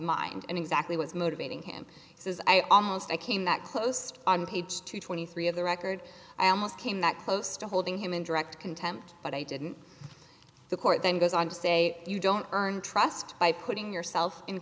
mind and exactly what is motivating him says i almost i came that close on page two twenty three of the record i almost came that close to holding him in direct contempt but i didn't the court then goes on to say you don't earn trust by putting yourself in